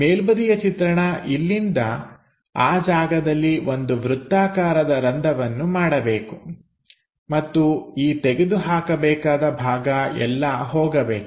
ಮೇಲ್ಬದಿಯ ಚಿತ್ರಣ ಇಲ್ಲಿಂದ ಆ ಜಾಗದಲ್ಲಿ ಒಂದು ವೃತ್ತಾಕಾರದ ರಂಧ್ರವನ್ನು ಮಾಡಬೇಕು ಮತ್ತು ಈ ತೆಗೆದುಹಾಕಬೇಕಾದ ಭಾಗ ಎಲ್ಲಾ ಹೋಗಬೇಕು